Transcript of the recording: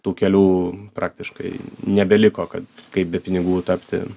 tų kelių praktiškai nebeliko kad kaip be pinigų tapti